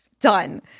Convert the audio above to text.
done